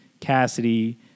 Cassidy